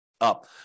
Up